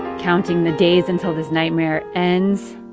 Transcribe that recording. counting the days until this nightmare ends.